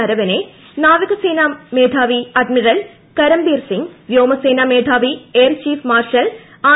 നർവണേ നാവിക സേനാ മേധിവി അഡ്മിറൽ കരംബീർ സിംഗ് വ്യോമസേനാ മേധാവി എയർ ചീഫ് മാർഷൽ ആർ